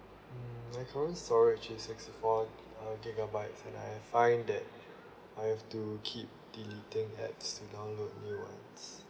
mm my current storage is sixty four ah gigabytes and I find that I've to keep deleting apps to download new ones